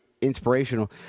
inspirational